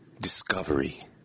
discovery